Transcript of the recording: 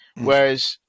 whereas